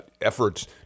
efforts